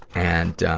and, ah,